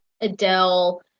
Adele